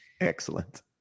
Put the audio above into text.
Excellent